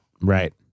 Right